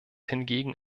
hingegen